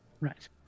Right